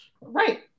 right